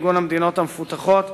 ארגון המדינות המפותחות,